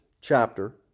chapter